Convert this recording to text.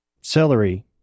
celery